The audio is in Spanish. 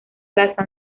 plaza